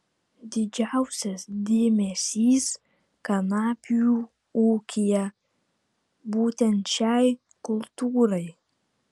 didžiausias dėmesys kanapių ūkyje būtent šiai kultūrai